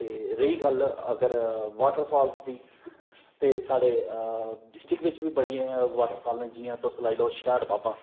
रेही गल्ल अगर वाटरफालस दी साढ़े ड़िस्ट्रिक्ट बिच बी बड़ियां वाटरफाल ना जि'यां तुस लाई लैओ सिहाड़ बाबा